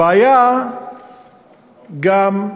הבעיה גם,